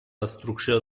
destrucció